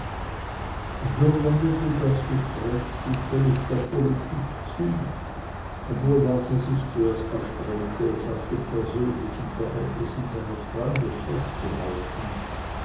so wendete das gespräch sich völlig der politik zu obwohl waser zuerst sich bestrebte es auf den persönlichen verhältnissen seines freundes festzuhalten